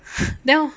now